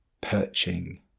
perching